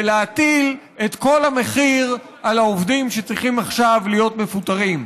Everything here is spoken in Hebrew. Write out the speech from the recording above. ולהטיל את כל המחיר על העובדים שצריכים עכשיו להיות מפוטרים.